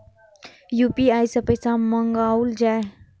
UPI सै पैसा मंगाउल जाय?